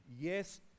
yes